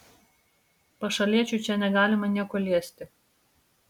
pašaliečiui čia negalima nieko liesti